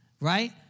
Right